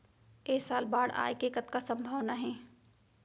ऐ साल बाढ़ आय के कतका संभावना हे?